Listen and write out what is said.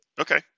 Okay